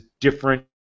different